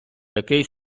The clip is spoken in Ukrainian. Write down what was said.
такий